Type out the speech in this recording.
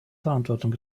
verantwortung